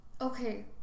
Okay